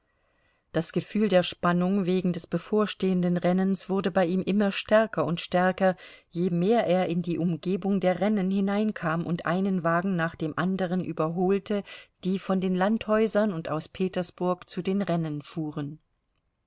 das gefühl der spannung wegen des bevorstehenden rennens wurde bei ihm immer stärker und stärker je mehr er in die umgebung der rennen hinein kam und einen wagen nach dem anderen überholte die von den landhäusern und aus petersburg zu den rennen fuhren